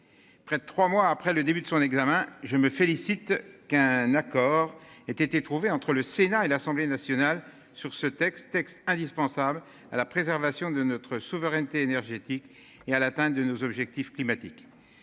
Près de 3 mois après le début de son examen. Je me félicite qu'un accord était trouvé entre le Sénat et l'Assemblée nationale sur ce texte, texte indispensable à la préservation de notre souveraineté énergétique et à l'atteinte de nos objectifs climatiques.